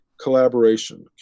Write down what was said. collaboration